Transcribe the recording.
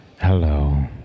Hello